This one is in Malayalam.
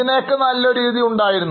ഇതിനേക്കാൾ നല്ലൊരു രീതി ഉണ്ടായിരുന്നു